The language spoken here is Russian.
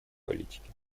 политики